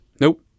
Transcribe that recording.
Nope